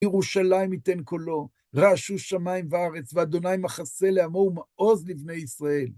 ירושלים ייתן קולו, רעשו שמיים וארץ, ואדוני מחסה לעמו ומעוז לבני ישראל.